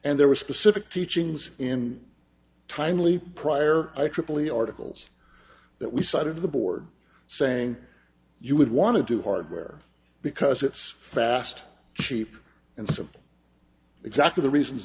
and there were specific teachings in timely prior i triple the articles that we cited to the board saying you would want to do hardware because it's fast cheap and simple exactly the reasons